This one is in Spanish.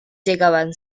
llegaban